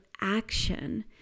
action